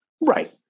right